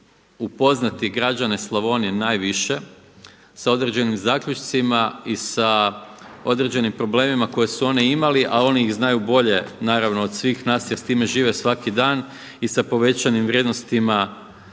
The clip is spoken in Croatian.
upoznati građane Slavonije najviše sa određenim zaključcima i sa određenim problemima koje su oni imali, a oni ih znaju bolje naravno od svih nas jer s time žive svaki dan i sa povećanim vrijednostima